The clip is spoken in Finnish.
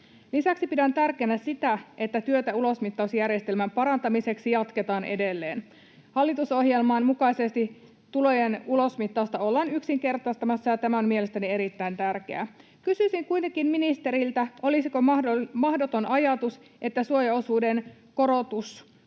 Lisäksi pidän tärkeänä sitä, että työtä ulosmittausjärjestelmän parantamiseksi jatketaan edelleen. Hallitusohjelman mukaisesti tulojen ulosmittausta ollaan yksinkertaistamassa, ja tämä on mielestäni erittäin tärkeää. Kysyisin kuitenkin ministeriltä, olisiko mahdoton ajatus, että suojaosuuden korotuksen